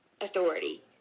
authority